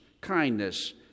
kindness